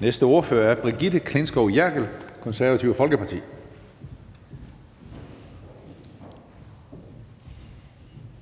næste ordfører er fru Brigitte Klintskov Jerkel, Det Konservative Folkeparti.